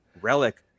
relic